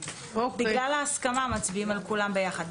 בגלל ההסכמה מצביעים על כולן יחד.